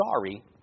sorry